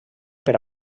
per